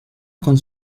con